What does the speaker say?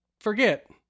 forget